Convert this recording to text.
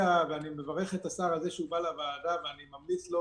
ואני מברך את השר על כך שהוא בא לוועדה ואני ממליץ לו